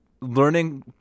learning